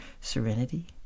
serenity